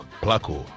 Placo